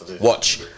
watch